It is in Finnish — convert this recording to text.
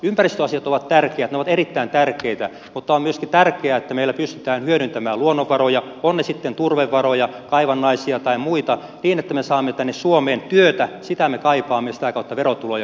ympäristöasiat ovat tärkeät ne ovat erittäin tärkeitä mutta on myöskin tärkeää että meillä pystytään hyödyntämään luonnonvaroja ovat ne sitten turvevaroja kaivannaisia tai muita niin että me saamme tänne suomeen työtä sitä me kaipaamme sitä kautta verotuloja ja hyvinvointia